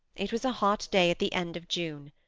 it was a hot day at the end of june.